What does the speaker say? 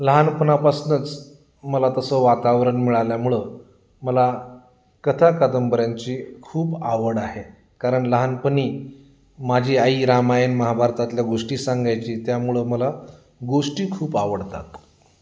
लहानपणापासनंच मला तसं वातावरण मिळाल्यामुळं मला कथा कादंबऱ्यांची खूप आवड आहे कारण लहानपनी माझी आई रामायन महाभारतातल्या गोष्टी सांगायची त्यामुळं मला गोष्टी खूप आवडतात